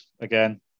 again